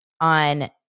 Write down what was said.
on